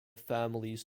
families